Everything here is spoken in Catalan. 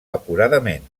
acuradament